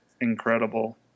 incredible